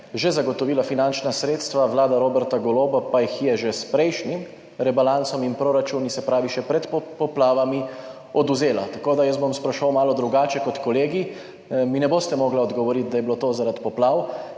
že zagotovila finančna sredstva, vlada Roberta Goloba pa jih je že s prejšnjim rebalansom in proračuni, se pravi še pred poplavami, odvzela? Jaz bom spraševal malo drugače kot kolegi. Ne boste mi mogli odgovoriti, da je bilo to zaradi poplav,